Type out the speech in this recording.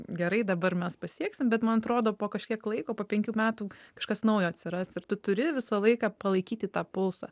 gerai dabar mes pasieksim bet man atrodo po kažkiek laiko po penkių metų kažkas naujo atsiras ir tu turi visą laiką palaikyti tą pulsą